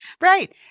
Right